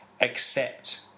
accept